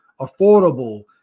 affordable